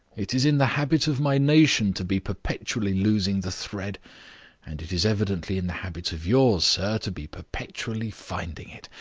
it is in the habit of my nation to be perpetually losing the thread and it is evidently in the habit of yours, sir, to be perpetually finding it.